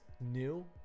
new